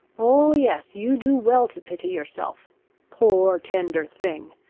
oh, yes, you do well to pity yourself poor tender thing!